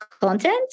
content